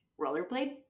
rollerblade